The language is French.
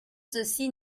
ceci